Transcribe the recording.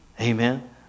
Amen